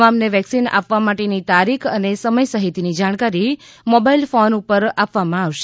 તમામને વેક્સિન આપવા માટેની તારીખ અને સમય સહિતની જાણકારી મોબાઈલ ફોન ઉપર આપવામાં આવશે